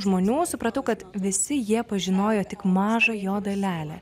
žmonių supratau kad visi jie pažinojo tik mažą jo dalelę